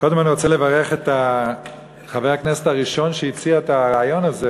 קודם אני רוצה לברך את חבר הכנסת הראשון שהציע את הרעיון הזה,